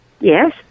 Yes